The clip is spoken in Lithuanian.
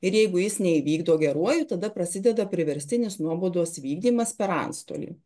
ir jeigu jis neįvykdo geruoju tada prasideda priverstinis nuobaudos vykdymas per antstolį